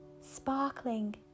sparkling